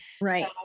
Right